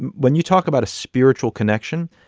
when you talk about a spiritual connection,